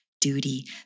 duty